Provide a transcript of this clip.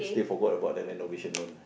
they forgot about their renovation loan